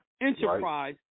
enterprise